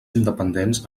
independents